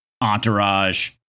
entourage